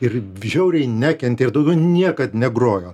ir žiauriai nekentė ir daugiau niekad negrojo